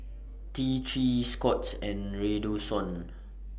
T three Scott's and Redoxon